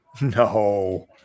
No